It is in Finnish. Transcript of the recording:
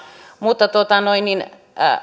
mutta